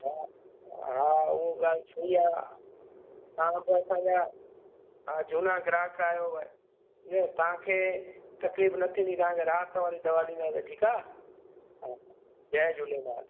हा हा उहो ॻाल्हि सही आहे तव्हां बि असांजा हा झूना ग्राहक आहियो सम्झे तव्हांखे तकलीफ़ न थींदी तव्हांखे राहत वारी दवा ॾींदासीं ठीकु आहे हा जय झूलेलाल